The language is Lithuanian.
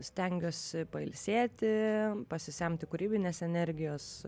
stengiuosi pailsėti pasisemti kūrybinės energijos